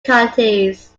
counties